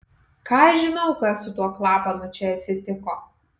ką aš žinau kas su tuo klapanu čia atsitiko